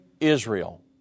Israel